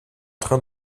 train